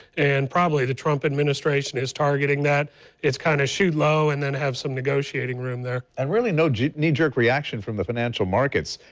and probably the trump administration is targeting that. it is kind of shoot low and then have some negotiating room there. and really no knee-jerk reaction from the financial markets.